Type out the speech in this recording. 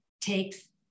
takes